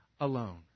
alone